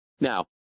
Now